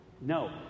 No